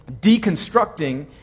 deconstructing